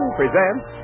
presents